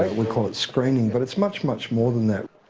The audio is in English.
we call it screening, but it's much, much more than that.